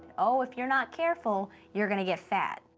oh, if you're not careful, you're gonna get fat.